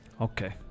okay